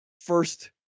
first